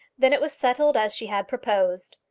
then it was settled as she had proposed.